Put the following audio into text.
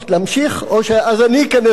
אז אני אכנס לדיכאון.